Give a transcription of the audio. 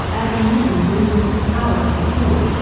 early morning blues and the tower and the fool.